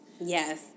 Yes